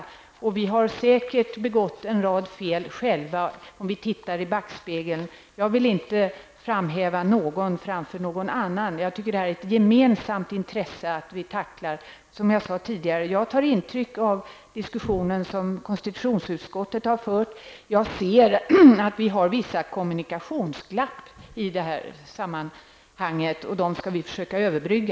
Vi har säkert själva begått en rad fel, om vi tittar i backspegeln. Jag vill inte framhäva någon framför någon annan. Vi har ett gemensamt intresse av att tackla detta. Jag har tagit intryck av diskussionen som man har fört i konstitutionsutskottet. Det finns vissa kommunikationsglapp i det här sammanhanget, men dem skall vi försöka överbrygga.